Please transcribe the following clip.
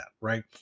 right